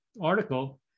article